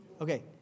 Okay